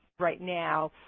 right now.